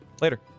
Later